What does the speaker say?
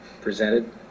presented